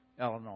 Illinois